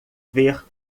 ver